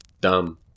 Dumb